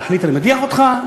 להחליט: אני מדיח אותך,